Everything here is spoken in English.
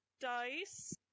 dice